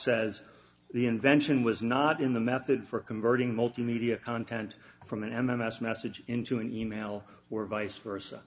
says the invention was not in the method for converting multimedia content from and the mass message into an email or vice versa